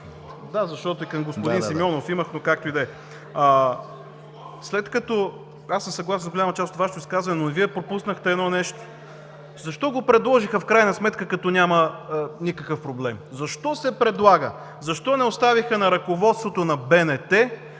извинявайте. И към господин Симеонов имах, но както и да е. Аз съм съгласен с голяма част от Вашето изказване, но и Вие пропуснахте едно нещо. Защо го предложиха в крайна сметка като няма никакъв проблем? Защо се предлага? Защо не оставиха на ръководството на БНТ